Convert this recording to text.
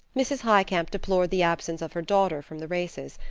mrs. highcamp deplored the absence of her daughter from the races,